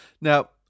Now